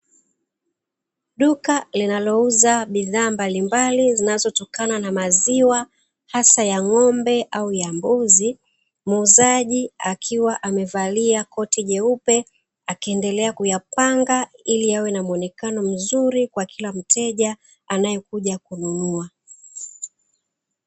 Duka linalouza bidhaa mbalimbali zinazotokana na maziwa hasa ya ng’ombe au ya mbuzi, muuzaji akiwa amevalia koti jeupe akiendelea kuyapanga ili yawe na muonekano mzuri kwa kila mteja anayekuja kununua.